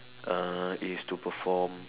uh is to perform